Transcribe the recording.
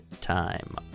time